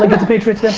lincoln's a patriots